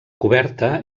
coberta